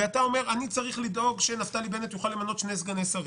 ואתה אומר: אני צריך לדאוג שנפתלי בנט יוכל למנות שני סגני שרים,